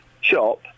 shop